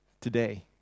today